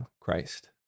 christ